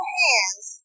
hands